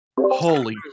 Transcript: Holy